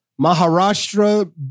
Maharashtra